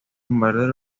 bombardeos